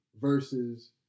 versus